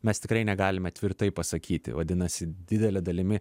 mes tikrai negalime tvirtai pasakyti vadinasi didele dalimi